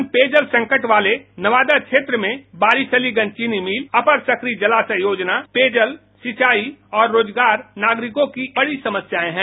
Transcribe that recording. भीषण पेयजल संकट वाले नवादा क्षेत्र में वारिसलीगंज चीनी मिल अपर सकरी जलाशय योजना पेयजल सिंचाई और रोजगार नागरिकों की एक बडी समस्याएं है